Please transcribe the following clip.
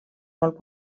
molt